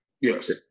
Yes